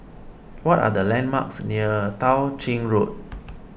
what are the landmarks near Tao Ching Road